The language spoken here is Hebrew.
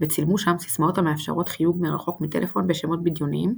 וצילמו שם סיסמאות המאפשרות חיוג מרחוק מטלפון בשמות בדיוניים